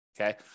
okay